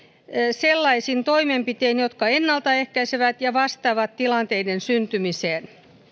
sellaisin toimenpitein jotka ennalta ehkäisevät ja vastaavat tilanteiden syntymiseen